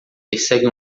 persegue